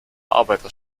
arbeiter